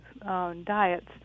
diets